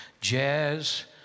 jazz